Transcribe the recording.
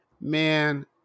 Man